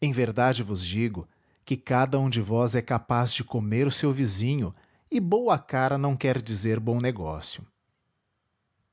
em verdade vos digo que cada um de vós é capaz de comer o seu vizinho e boa cara não quer dizer bom negócio